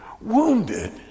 wounded